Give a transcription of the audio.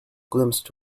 glimpsed